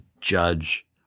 judge